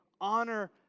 honor